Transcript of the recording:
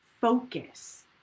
focus